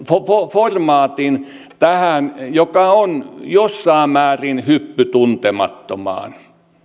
formaatin joka on jossain määrin hyppy tuntemattomaan